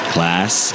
Class